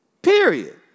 Period